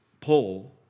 Paul